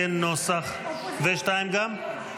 כנוסח הוועדה.